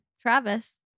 Travis